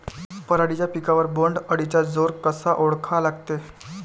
पराटीच्या पिकावर बोण्ड अळीचा जोर कसा ओळखा लागते?